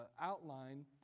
outline